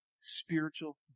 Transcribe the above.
spiritual